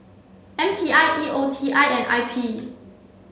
M T I E O T I and I P